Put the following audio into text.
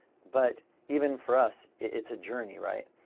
but even for us it's a journey, right?